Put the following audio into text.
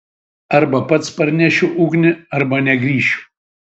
arba pats parnešiu ugnį arba negrįšiu